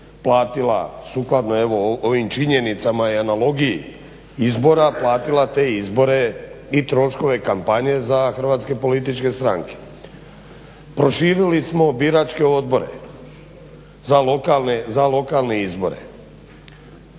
sukladno ovim činjenicama i analogiji izbora platila te izbore i troškove kampanje za hrvatske političke stranke. Proširili smo biračke odbore za lokalne izbore,